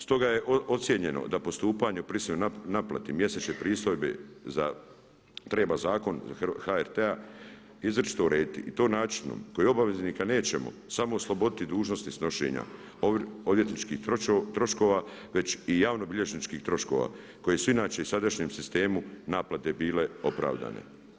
Stoga je ocijenjeno da po stupanju prisilnoj naplati mjesečne pristojbe treba zakon HRT-a izričito urediti i to načinom koji obveznika nećemo samo osloboditi dužnosti snošenja odvjetničkih troškova već i javnobilježničkih troškova koji su inače u sadašnjem sistemu naplate bile opravdane.